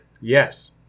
Yes